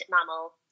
mammal